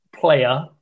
player